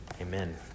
amen